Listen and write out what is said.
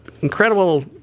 incredible